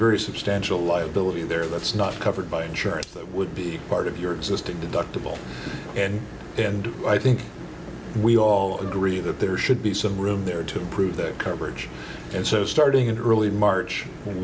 very substantial liability there that's not covered by insurance that would be part of your existing deductible and and i think we all agree that there should be some room there to improve their coverage and so starting in early march